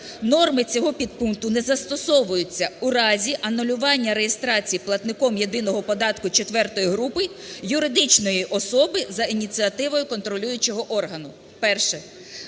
"Норми цього підпункту не застосовуються у разі анулювання реєстрації платником єдиного податку четвертої групи юридичної особи за ініціативою контролюючого органу".